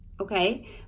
okay